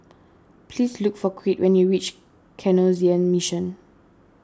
please look for Crete when you reach Canossian Mission